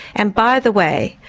and by the way,